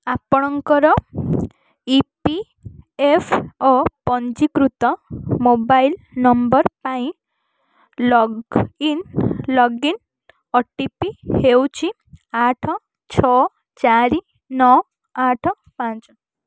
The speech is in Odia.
ଆପଣଙ୍କର ଇ ପି ଏଫ୍ ଓ ପଞ୍ଜୀକୃତ ମୋବାଇଲ ନମ୍ବର ପାଇଁ ଲଗଇନ୍ ଓ ଟି ପି ହେଉଛି ଆଠ ଛଅ ଚାରି ନଅ ଆଠ ପାଞ୍ଚ